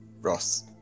Ross